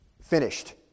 Finished